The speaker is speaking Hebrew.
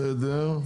בסדר,